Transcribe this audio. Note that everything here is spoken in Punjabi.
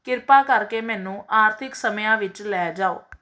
ਕਿਰਪਾ ਕਰਕੇ ਮੈਨੂੰ ਆਰਥਿਕ ਸਮਿਆਂ ਵਿੱਚ ਲੈ ਜਾਓ